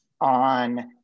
on